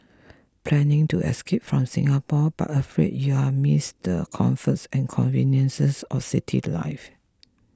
planning to escape from Singapore but afraid you'll miss the comforts and conveniences of city life